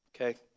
Okay